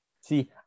See